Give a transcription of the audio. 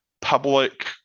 public